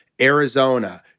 Arizona